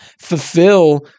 fulfill